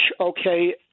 okay